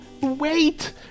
Wait